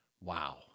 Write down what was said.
Wow